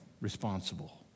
responsible